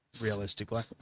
realistically